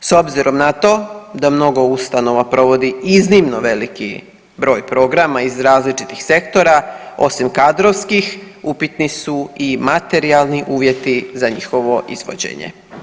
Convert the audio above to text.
S obzirom na to da mnogo ustanova provodi iznimno veliki broj programa iz različitih sektora, osim kadrovskih upitni su i materijalni uvjeti za njihovo izvođenje.